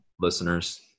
listeners